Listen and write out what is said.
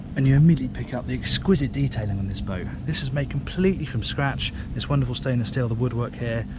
and you immediately pick up the exquisite detailing on this boat this is made completely from scratch, this wonderful stainless steel, the woodwork here,